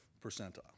percentile